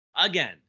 again